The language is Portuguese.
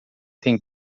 tem